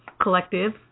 Collective